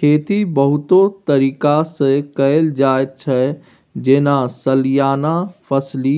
खेती बहुतो तरीका सँ कएल जाइत छै जेना सलियाना फसली,